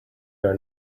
are